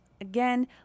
again